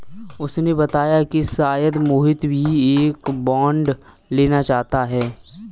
उसने बताया कि शायद मोहित भी एक बॉन्ड लेना चाहता है